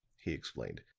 he explained,